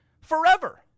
forever